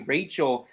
Rachel